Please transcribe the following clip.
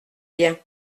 bien